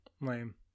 Lame